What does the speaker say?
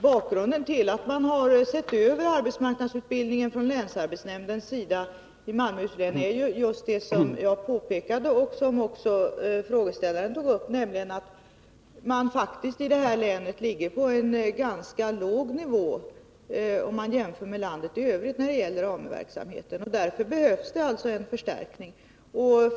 Bakgrunden till att länsarbetshnämnden i Malmöhus län har sett över arbetsmarknadsutbildningen är just det som jag påpekat och som också frågeställaren tog upp, nämligen att man faktiskt i detta län jämfört med landet i övrigt har en ganska låg nivå när det gäller AMU-verksamheten. Därför behövs alltså en förstärkning.